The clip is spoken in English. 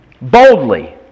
Boldly